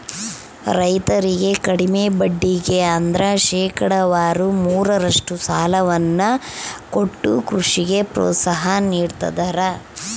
ರೈತರಿಗೆ ಕಡಿಮೆ ಬಡ್ಡಿಗೆ ಅಂದ್ರ ಶೇಕಡಾವಾರು ಮೂರರಷ್ಟು ಸಾಲವನ್ನ ಕೊಟ್ಟು ಕೃಷಿಗೆ ಪ್ರೋತ್ಸಾಹ ನೀಡ್ತದರ